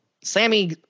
Sammy